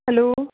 hello